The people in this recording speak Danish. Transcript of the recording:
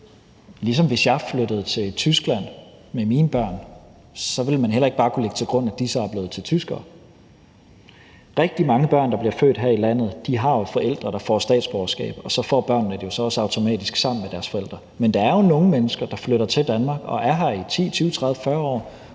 grund. Hvis jeg flyttede til Tyskland med mine børn, ville man heller ikke bare kunne lægge til grund, at de er blevet til tyskere. Rigtig mange børn, der bliver født her i landet, har jo forældre, der får statsborgerskab, og så får børnene det så også automatisk sammen med deres forældre. Men der er jo nogle mennesker, der flytter til Danmark og er her i 10, 20, 30, 40 år